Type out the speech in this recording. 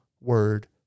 Word